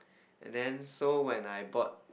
and then so when I bought